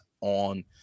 on